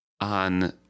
on